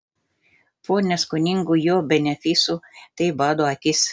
po neskoningų jo benefisų tai bado akis